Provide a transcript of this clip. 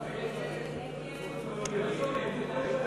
14 בעד, 69 נגד.